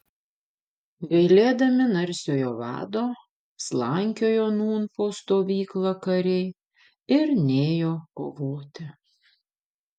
gailėdami narsiojo vado slankiojo nūn po stovyklą kariai ir nėjo kovoti